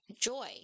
joy